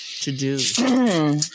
to-do